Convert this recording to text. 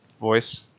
voice